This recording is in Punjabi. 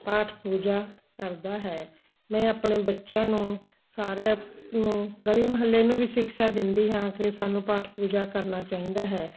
ਪਾਠ ਪੂਜਾ ਕਰਦਾ ਹੈ ਮੈਂ ਆਪਣੇ ਬੱਚਿਆਂ ਨੂੰ ਸਾਰਿਆਂ ਨੂੰ ਗਲੀ ਮਹੱਲੇ ਨੂੰ ਵੀ ਸ਼ਿਕਸ਼ਾ ਦਿੰਦੀ ਹਾਂ ਕਿ ਸਾਨੂੰ ਪਾਠ ਪੂਜਾ ਕਰਨਾ ਚਾਹੀਦਾ ਹੈ